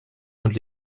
und